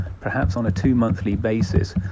perhaps on a two-monthly basis,